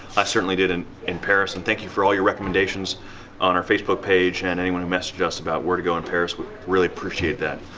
i certainly did and in paris and thank you for all your recommendations on our facebook page and anyone who messaged us about where to go in paris. we really appreciate that.